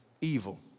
evil